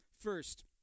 first